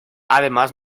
además